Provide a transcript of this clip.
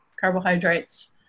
carbohydrates